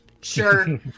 Sure